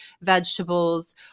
vegetables